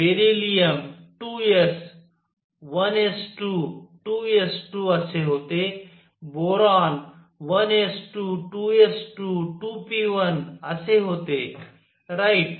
beryllium 2 s 1 s 2 2 s 2 असे होते boron 1 s 2 2 s 2 2 p 1 असे होते राईट